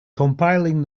compiling